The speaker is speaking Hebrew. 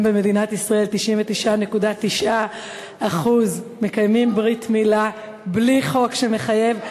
גם במדינת ישראל 99.9% מקיימים ברית מילה בלי חוק שמחייב,